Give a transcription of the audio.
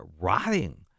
rotting